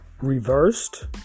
Reversed